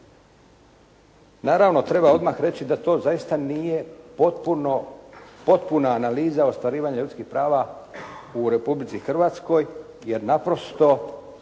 Naravno treba odmah reći da to zaista nije potpuna analiza ostvarivanja ljudskih prava u Republici Hrvatskoj, jer naprosto